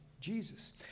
Jesus